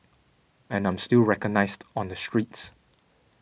and I'm still recognised on the streets